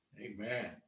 Amen